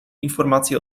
informacje